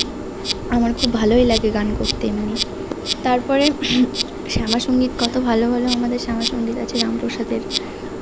আমার খুব ভালোই লাগে গান করতে এমনি তারপরে শ্যামা সংগীত কত ভালো ভালো আমাদের শ্যামা সংগীত আছে রামপ্রাসদের